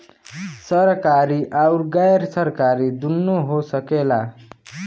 सरकारी आउर गैर सरकारी दुन्नो हो सकेला